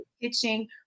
pitching